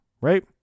right